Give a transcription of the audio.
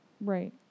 right